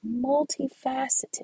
multifaceted